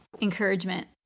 encouragement